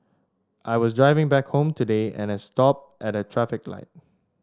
I was driving back home today and had stopped at a traffic light